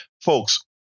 Folks